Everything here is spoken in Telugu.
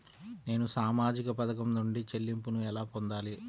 నేను సామాజిక పథకం నుండి చెల్లింపును ఎలా పొందాలి?